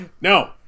No